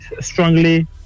strongly